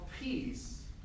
peace